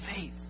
faith